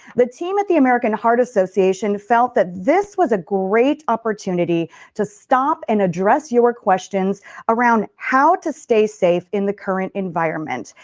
the team at the american heart association felt that this was a great opportunity to stop and address your questions around how to stay safe in the current environment.